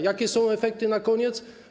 Jakie są efekty na koniec?